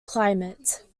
climate